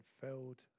filled